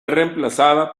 reemplazada